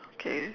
okay